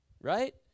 right